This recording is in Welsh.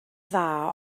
dda